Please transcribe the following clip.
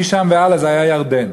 ומשם והלאה זה היה ירדן.